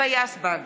היבה יזבק,